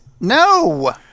No